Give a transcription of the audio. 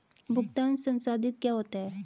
भुगतान संसाधित क्या होता है?